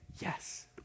yes